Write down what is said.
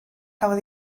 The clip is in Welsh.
cafodd